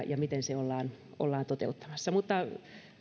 ja miten ollaan toteuttamassa kaksivuotisen esiopetuksen pilotointi mutta